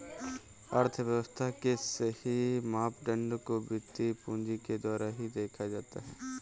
अर्थव्यव्स्था के सही मापदंड को वित्तीय पूंजी के द्वारा ही देखा जाता है